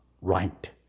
right